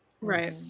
right